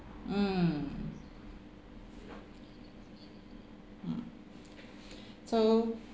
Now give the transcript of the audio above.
mm mm so